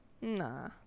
Nah